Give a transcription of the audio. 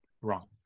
Wrong